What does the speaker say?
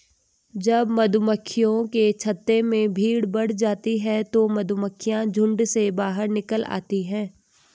जब मधुमक्खियों के छत्ते में भीड़ बढ़ जाती है तो मधुमक्खियां झुंड में बाहर निकल आती हैं